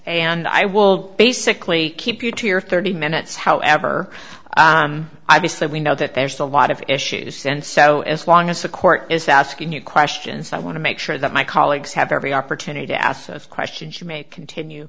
and i will basically keep you to your thirty minutes however i say we know that there's a lot of issues and so as long as the court is asking you questions i want to make sure that my colleagues have every opportunity to ask questions you may continue